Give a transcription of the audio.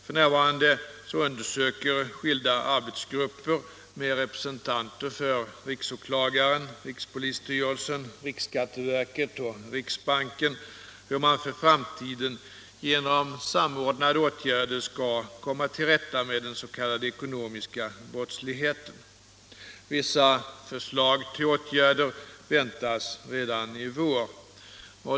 F. n. undersöker skilda arbetsgrupper med representanter för riksåklagaren, rikspolisstyrelsen, riksskatteverket och riksbanken hur man för framtiden genom samordnade åtgärder skall komma till rätta med den s.k. ekonomiska brottsligheten. Vissa förslag till åtgärder väntas redan i vår.